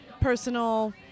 personal